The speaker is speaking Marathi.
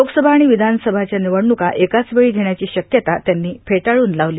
लोकसभा आणि विधानसभाच्या निवडणुका एकाचवेळी घेण्याची शक्यता त्यांनी फेटाळून लावली